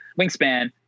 wingspan